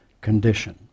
condition